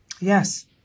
Yes